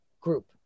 group